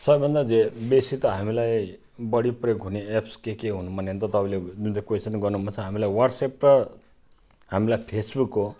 सब भन्दा धेर बेसी त हामीलाई बढी प्रयोग हुने एप्स के के हुन् भन्ने भने त तपाईँले जुन चाहिँ क्वेसन गर्नुभएको छ वाट्सएप र हामीलाई फेसबुक हो